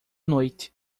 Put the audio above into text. noite